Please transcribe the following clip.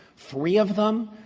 three of them,